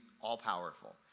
all-powerful